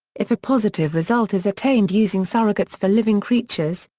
if a positive result is attained using surrogates for living creatures,